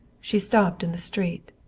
she stopped in the street.